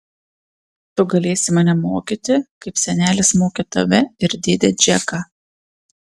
tu galėsi mane mokyti kaip senelis mokė tave ir dėdę džeką